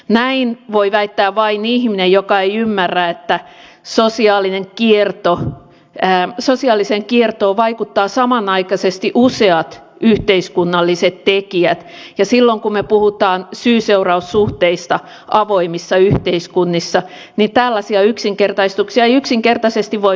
näin voi väittää vain ihminen joka ei ymmärrä että sosiaaliseen kiertoon vaikuttavat samanaikaisesti useat yhteiskunnalliset tekijät ja silloin kun me puhumme syyseuraus suhteista avoimissa yhteiskunnissa tällaisia yksinkertaistuksia ei yksinkertaisesti voi vetää